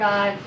God